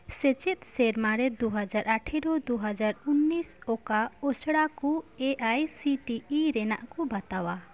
ᱥᱮᱪᱮᱫ ᱥᱮᱨᱢᱟᱨᱮ ᱫᱩᱦᱟᱡᱟᱨ ᱟᱴᱷᱮᱨᱚ ᱫᱩ ᱦᱟᱡᱟᱨ ᱩᱱᱤᱥ ᱚᱠᱟ ᱟᱥᱲᱟᱠᱩ A I C T E ᱨᱮᱱᱟᱜ ᱠᱚ ᱵᱟᱛᱟᱣᱟ